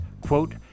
quote